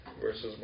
verses